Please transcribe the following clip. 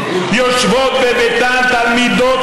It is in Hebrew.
שאדם בבית שלו יכול פשוט